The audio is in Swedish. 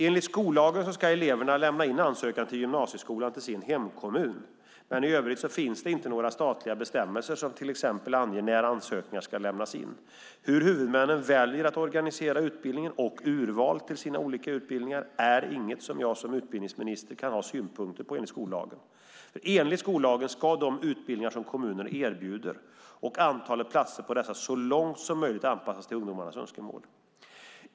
Enligt skollagen ska eleverna lämna in ansökan till gymnasieskolan till sin hemkommun, men i övrigt finns det inte några statliga bestämmelser som anger till exempel när ansökningar ska lämnas in. Hur huvudmännen väljer att organisera utbildningen och urvalet till sina olika utbildningar är enligt skollagen inget jag som utbildningsminister kan ha synpunkter på. Enligt skollagen ska de utbildningar som kommuner erbjuder och antalet platser på dessa så långt som möjligt anpassas till ungdomarnas önskemål.